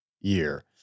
year